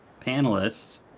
panelists